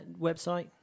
website